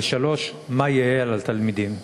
3. מה יהא על התלמידים?